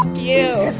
um you